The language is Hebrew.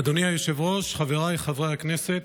אדוני היושב-ראש, חבריי חברי הכנסת,